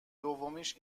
دومیش